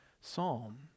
Psalm